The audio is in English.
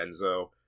Enzo